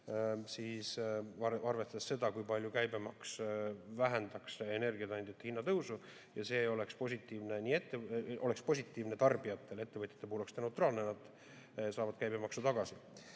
arvestades seda, kui palju käibemaks vähendaks energiakandjate hinna tõusu. See oleks positiivne tarbijatele. Ettevõtjate puhul oleks see neutraalne, sest nad saavad käibemaksu tagasi. Teine